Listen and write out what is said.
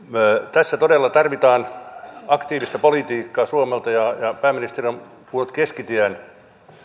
tässä todella tarvitaan aktiivista politiikkaa suomelta pääministeri on puhunut keskitien